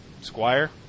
squire